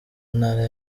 ntara